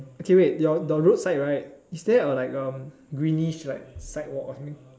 okay wait your your road side right is there a like greenish like sidewalk or something